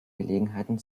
gelegenheiten